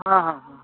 हाँ हाँ हाँ हाँ